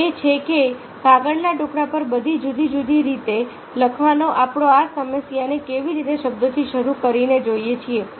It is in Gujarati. એ છે કે કાગળના ટુકડા પર બધી જુદી જુદી રીતે લખવાનો આપણે આ સમસ્યાને કેવી રીતે શબ્દોથી શરૂ કરીને જોઈએ છીએ